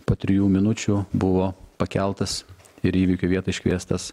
po trijų minučių buvo pakeltas ir į įvykio vietą iškviestas